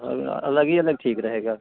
अग अलग ही अलग ठीक रहेगा